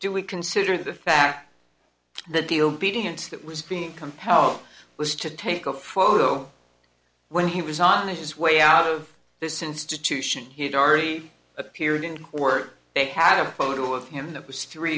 do we consider the fact that the obedience that was being compelled was to take a photo when he was on his way out of this institution he had already appeared in court they had a photo of him that was three